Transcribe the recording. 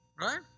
right